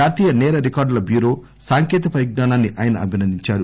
జాతీయ సేర రికార్గుల బ్యూరో సాంకేతిక పరిజ్ఞానాన్ని ఆయన అభినందించారు